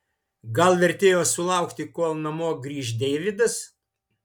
gal vertėjo sulaukti kol namo grįš deividas